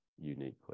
uniquely